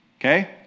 Okay